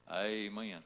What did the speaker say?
Amen